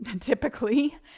typically